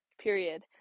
Period